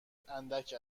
اندک